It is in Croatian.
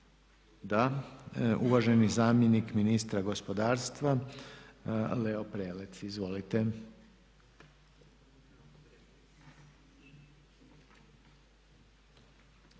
Da. Uvaženi zamjenik ministra gospodarstva Leo Prelec. Izvolite.